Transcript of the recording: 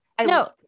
No